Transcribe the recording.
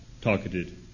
targeted